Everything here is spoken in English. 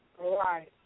Right